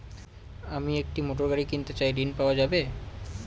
আমি একটি মোটরগাড়ি কিনতে চাই ঝণ পাওয়া যাবে?